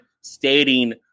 stating